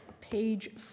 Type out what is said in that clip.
page